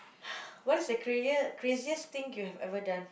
what is the craziest thing you have ever done